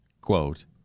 quote